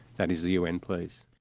that is the un police.